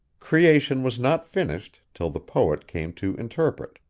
creation was not finished till the poet came to interpret,